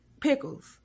pickles